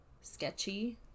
sketchy